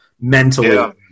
mentally